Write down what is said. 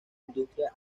industria